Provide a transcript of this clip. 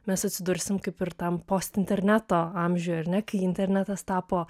mes atsidursim kaip ir tam post interneto amžiuje ar ne kai internetas tapo